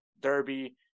derby